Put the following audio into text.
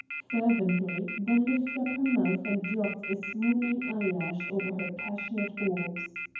fervently, then lifted up her mouth and dropped a swooning eyelash over her passionate orbs.